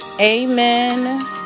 Amen